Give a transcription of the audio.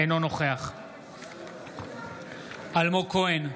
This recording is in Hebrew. אינו נוכח אלמוג כהן,